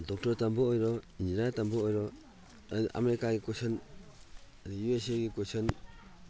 doctor ꯇꯝꯕ ꯑꯣꯏꯔꯣ engineer ꯇꯝꯕ ꯑꯣꯏꯔꯣ ꯑꯥꯃꯦꯔꯤꯀꯥꯒꯤ ꯀ꯭ꯋꯦꯁꯟ ꯑꯗ ꯌꯨ ꯑꯦꯁ ꯑꯦꯒꯤ ꯀ꯭ꯋꯦꯁꯟ